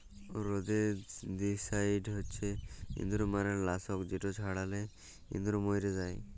rodenticide হছে ইঁদুর মারার লাসক যেট ছড়ালে ইঁদুর মইরে যায়